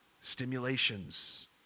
stimulations